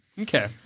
Okay